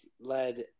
led